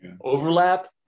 overlap